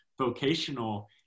vocational